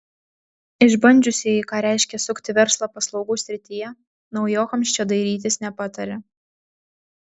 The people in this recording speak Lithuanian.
išbandžiusieji ką reiškia sukti verslą paslaugų srityje naujokams čia dairytis nepataria